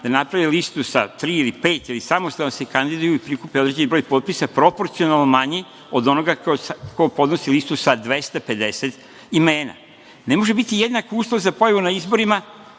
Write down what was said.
da naprave listu sa tri ili pet ili samostalno da se kandiduju i prikupe određen broj potpisa proporcijalno manji od onoga ko podnosi listu sa 250 imena. Ne može biti jednak uslov za pojavu na izborima